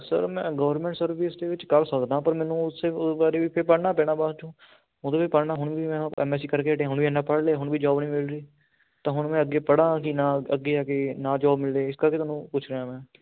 sir ਮੈਂ government service ਦੇ ਵਿੱਚ ਕਰ ਸਕਦਾ ਪਰ ਮੈਨੂੰ ਉਸੇ ਬਾਰੇ ਵੀ ਪੜ੍ਹਨਾ ਪੈਣਾ ਬਾਅਦ 'ਚੋਂ ਉਦੋਂ ਵੀ ਪੜ੍ਹਨਾ ਹੁਣ ਵੀ ਮੈਂ ਐਮਐਸਈ ਕਰਕੇ ਹਟਿਆ ਹੁਣ ਇੰਨਾ ਪੜ੍ਹ ਲਏ ਹੁਣ ਵੀ ਜੋਬ ਨਹੀਂ ਮਿਲ ਰਹੀ ਤਾਂ ਹੁਣ ਮੈਂ ਅੱਗੇ ਪੜ੍ਹਾਂ ਕਿ ਨਾ ਅੱਗੇ ਆ ਕੇ ਨਾ ਜੋਬ ਮਿਲਦੇ ਇਸ ਕਰਕੇ ਤੁਹਾਨੂੰ ਪੁੱਛ ਰਿਹਾ ਮੈਂ